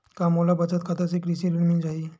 का मोला बचत खाता से ही कृषि ऋण मिल जाहि?